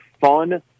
fun